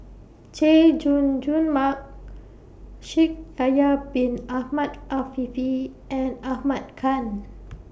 Chay Jung Jun Mark Shaikh Yahya Bin Ahmed Afifi and Ahmad Khan